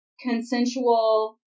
Consensual